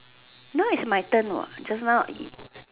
now is my turn what just now is